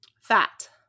fat